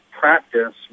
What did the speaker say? practice